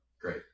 Great